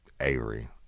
Avery